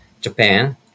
Japan